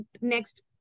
next